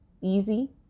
easy